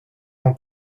mon